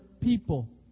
people